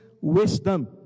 wisdom